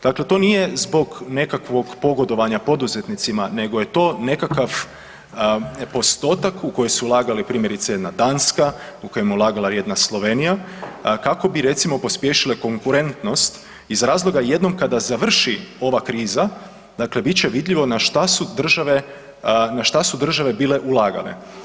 Dakle, to nije zbog nekakvog pogodovanja poduzetnicima nego je to nekakav postotak u koji su ulagali primjerice jedna Danska, u kojem je ulagala jedna Slovenija, kako bi recimo pospješile konkurentnost iz razloga jednom kada završi ova kriza, dakle bit će vidljivo na šta su države, na šta su države bile ulagale.